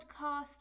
podcast